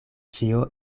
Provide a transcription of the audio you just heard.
ĉio